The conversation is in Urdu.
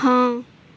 ہاں